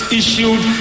issued